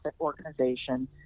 organization